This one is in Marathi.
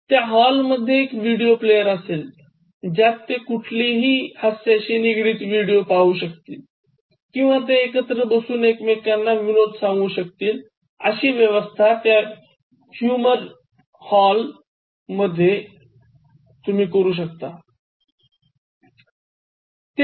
त्या हॉल मधेच एक विडिओ प्लेयर असेल ज्यात ते कुठलेही हास्याशी निगडित विडिओ पाहू शकतील किंवा ते एकत्र बसून एकमेकांना विनोद सांगू शकतील अशी व्यवस्था त्या ह्युमर हॉल मधेच असली पाहिजे